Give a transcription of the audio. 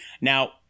Now